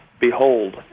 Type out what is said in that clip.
behold